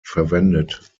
verwendet